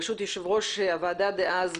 בראשות יושב-ראש הוועדה דאז,